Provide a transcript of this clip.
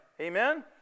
Amen